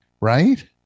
Right